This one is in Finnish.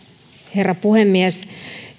herra puhemies